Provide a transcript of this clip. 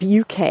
UK